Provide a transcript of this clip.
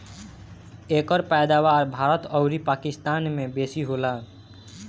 एकर पैदावार भारत अउरी पाकिस्तान में बेसी होला